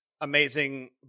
amazing